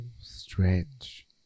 strange